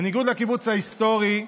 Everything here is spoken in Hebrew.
בניגוד לקיבוץ ההיסטורי,